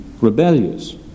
rebellious